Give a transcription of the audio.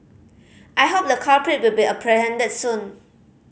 I hope the culprit will be apprehended soon